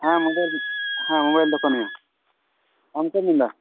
ᱦᱮᱸ ᱢᱟ ᱞᱟᱹᱭ ᱵᱮᱱ ᱦᱮᱸ ᱢᱳᱵᱟᱭᱤᱞ ᱫᱚᱠᱟᱱ ᱱᱤᱭᱟᱹ ᱟᱢ ᱚᱠᱚᱭᱮᱢ ᱢᱮᱱᱮᱫᱟ